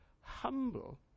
humble